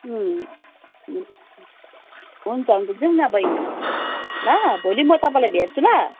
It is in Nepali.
हुन्छ हुन्छ जाऔँ न बैनी ल भोलि म तपाईँलाई भेट्छु ल